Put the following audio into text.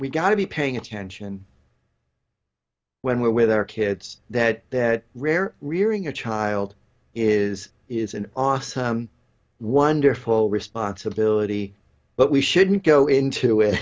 we've got to be paying attention when we're with our kids that rare rearing a child is is an awesome wonderful responsibility but we shouldn't go into it